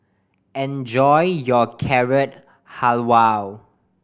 enjoy your Carrot Halwa